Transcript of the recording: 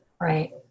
right